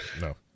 no